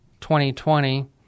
2020